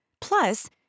Plus